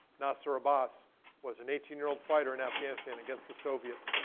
nasir abbas was an eighteen year old fighter in afghanistan against the soviets.